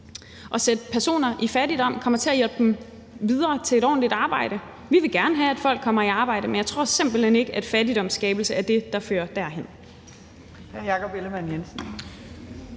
at sætte personer i fattigdom kommer til at hjælpe dem videre til et ordentligt arbejde. Vi vil gerne have, at folk kommer i arbejde, men jeg tror simpelt hen ikke, at fattigdomsskabelse er det, der fører derhen.